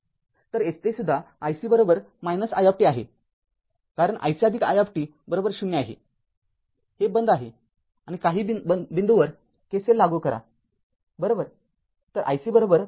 तर येथे सुद्धा iC i आहे कारण iCi ० आहे हे बंद आहे काही बिंदूवर KCL लागू करा बरोबर